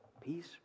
Peace